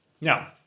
Now